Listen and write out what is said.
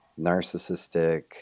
narcissistic